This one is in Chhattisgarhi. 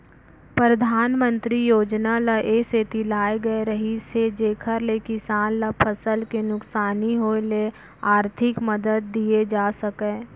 परधानमंतरी योजना ल ए सेती लाए गए रहिस हे जेकर ले किसान ल फसल के नुकसानी होय ले आरथिक मदद दिये जा सकय